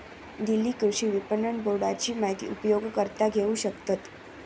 दिल्ली कृषि विपणन बोर्डाची माहिती उपयोगकर्ता घेऊ शकतत